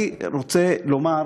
אני רוצה לומר